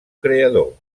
creador